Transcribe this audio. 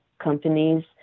companies